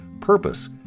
purpose